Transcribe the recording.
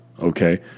okay